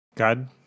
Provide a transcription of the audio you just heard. God